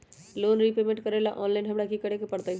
Loan repayment करेला online हमरा की करे के परतई?